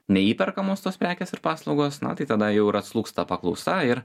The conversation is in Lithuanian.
neįperkamos tos prekės ir paslaugos na tai tada jau ir atslūgsta paklausa ir